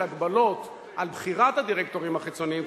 הגבלות על בחירת הדירקטורים החיצוניים,